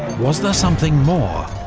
was there something more,